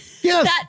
Yes